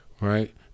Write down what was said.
right